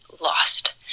lost